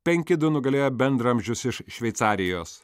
penki du nugalėjo bendraamžius iš šveicarijos